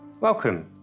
Welcome